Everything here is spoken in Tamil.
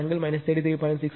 அது 0